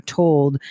told